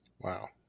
Wow